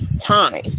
time